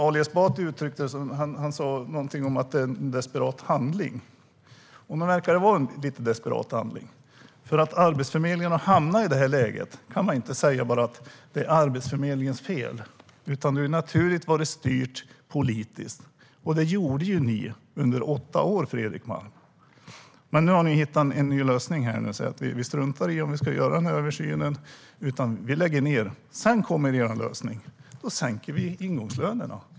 Ali Esbati sa någonting om att det är en desperat handling, och nog verkar det vara lite av en desperat handling. Bara för att Arbetsförmedlingen har hamnat i det här läget kan man inte säga att det är Arbetsförmedlingens fel. Man har naturligtvis styrt det politiskt, och det gjorde ni under åtta år, Fredrik Malm. Men nu har ni hittat en ny lösning: "Vi struntar i att göra den här översynen. Vi lägger ned. Sedan kommer vi att göra en lösning. Då sänker vi ingångslönerna.